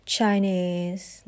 Chinese